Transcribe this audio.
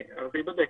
זה ייבדק.